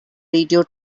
radio